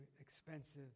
expensive